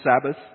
Sabbath